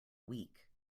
week